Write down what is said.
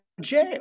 jail